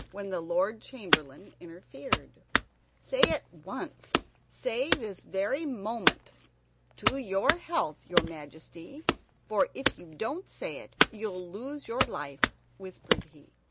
when the lord chamberlain interfered say at once say this very moment to your health, your majesty for if you don't say it you'll lose your life, whispered he.